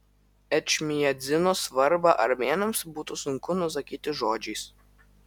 ečmiadzino svarbą armėnams būtų sunku nusakyti žodžiais